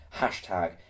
Hashtag